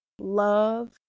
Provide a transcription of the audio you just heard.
love